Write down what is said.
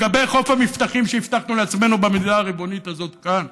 לגבי חוף המבטחים שהבטחנו לעצמנו במדינה הריבונית הזאת כאן.